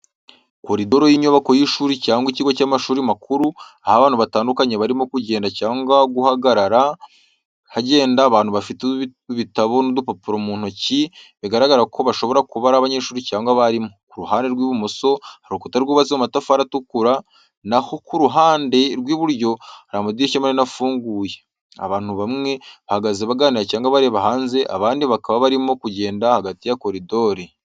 Koridoro y’inyubako y’ishuri cyangwa ikigo cy’amashuri makuru, aho abantu batandukanye barimo kugenda cyangwa guhagarara. Hagenda abantu bafite ibitabo n’udupapuro mu ntoki, bigaragaza ko bashobora kuba abanyeshuri cyangwa abarimu. Ku ruhande rw’ibumoso hari urukuta rwubatse mu matafari atukura, na ho ku ruhande rw’iburyo hari amadirishya manini afunguye. Abantu bamwe bahagaze baganira cyangwa bareba hanze, abandi bakaba barimo kugenda hagati ya koridoro.